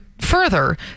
further